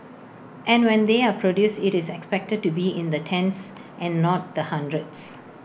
and when they are produced IT is expected to be in the tens and not the hundreds